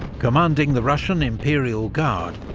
commanding the russian imperial guard,